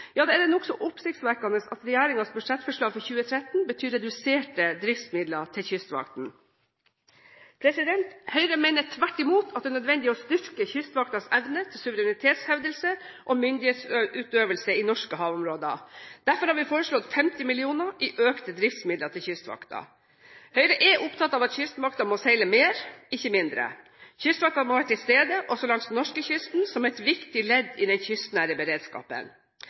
er det nokså oppsiktsvekkende at regjeringens budsjettforslag for 2013 betyr reduserte driftsmidler til Kystvakten. Høyre mener tvert imot at det er nødvendig å styrke Kystvaktens evne til suverenitetshevdelse og myndighetsutøvelse i norske havområder. Derfor har vi foreslått 50 mill. kr i økte driftsmidler til Kystvakten. Høyre er opptatt av at Kystvakten må seile mer, ikke mindre. Kystvakten må være til stede også langs norskekysten, som et viktig ledd i den kystnære beredskapen.